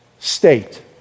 state